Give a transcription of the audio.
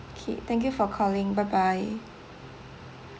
okay thank you for calling bye bye